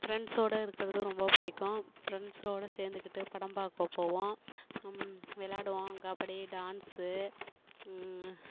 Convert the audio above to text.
ஃப்ரெண்ட்ஸோடு இருக்கிறது ரொம்ப பிடிக்கும் ஃப்ரெண்ட்ஸோடு சேர்ந்துக்கிட்டு படம் பார்க்க போவோம் விளாடுவோம் கபடி டான்ஸு